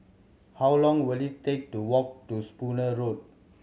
how long will it take to walk to Spooner Road